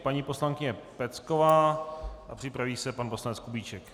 Paní poslankyně Pecková, připraví se pan poslanec Kubíček.